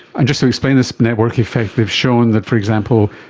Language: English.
and just to explain this network effect, they've shown that, for example,